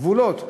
גבולות.